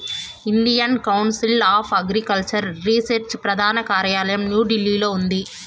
Indian Council of Agricultural Research ప్రధాన కార్యాలయం న్యూఢిల్లీలో ఉంది